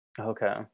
Okay